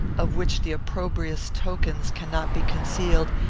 of which the opprobrious tokens cannot be concealed,